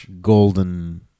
golden